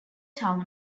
town